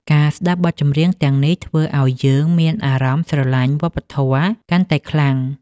ការស្ដាប់បទចម្រៀងទាំងនេះ ធ្វើឱ្យយើងមានអារម្មណ៍ស្រឡាញ់វប្បធម៌កាន់តែខ្លាំង។